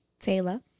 Taylor